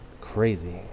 crazy